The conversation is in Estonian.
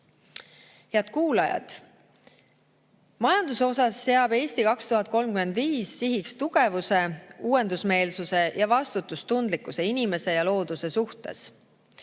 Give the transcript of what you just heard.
Head kuulajad! Majanduses seab "Eesti 2035" sihiks tugevuse, uuendusmeelsuse ja vastutustundlikkuse inimese ja looduse suhtes.